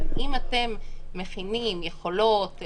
אבל אם אתם מכינים יכולות,